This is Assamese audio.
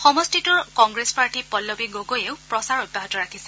সমষ্টিটোৰ কংগ্ৰেছ প্ৰাৰ্থী পল্লৱী গগৈয়েও প্ৰচাৰ অব্যাহত ৰাখিছে